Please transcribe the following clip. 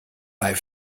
bei